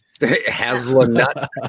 Hazelnut